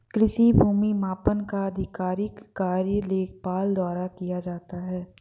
कृषि भूमि मापन का आधिकारिक कार्य लेखपाल द्वारा किया जाता है